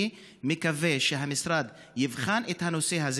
אני מקווה שהמשרד יבחן את הנושא הזה,